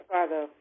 Father